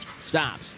stops